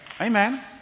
Amen